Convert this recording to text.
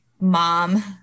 mom